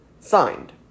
signed